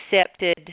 accepted